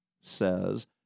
says